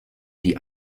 die